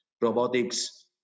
robotics